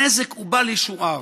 הנזק הוא בל-ישוער,